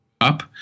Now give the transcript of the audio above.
up